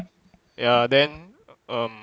ya then um